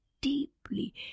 deeply